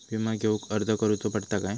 विमा घेउक अर्ज करुचो पडता काय?